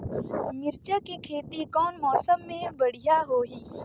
मिरचा के खेती कौन मौसम मे बढ़िया होही?